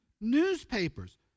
newspapers